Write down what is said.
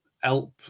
help